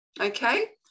Okay